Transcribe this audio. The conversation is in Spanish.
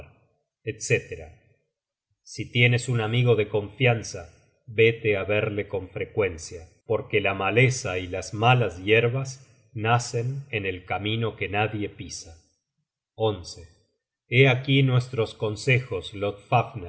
etc si tienes un amigo de confianza vete á verle con frecuencia porque la maleza y las content from google book search generated at malas yerbas nacen en el camino que nadie pisa hé aquí nuestros consejos